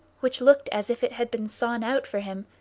which looked as if it had been sawn out for him,